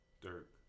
dirt